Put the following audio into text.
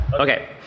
Okay